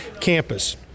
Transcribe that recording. campus